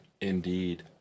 Indeed